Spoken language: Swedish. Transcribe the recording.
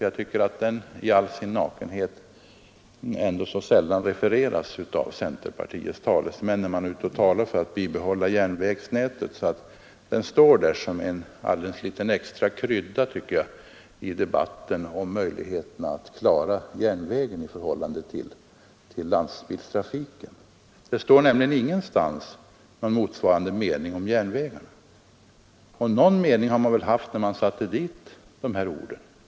Jag tycker att den så sällan refereras av centerpartiets talesmän, när de är ute och talar för ett bibehållande av järnvägsnätet. Denna mening står där som en alldeles extra liten krydda i debatten om möjligheterna att klara järnvägen i förhållande till landsvägstrafiken. Det står nämligen ingenstans en motsvarande mening om järnvägen. Någon avsikt har man väl haft när man satte dit dessa ord.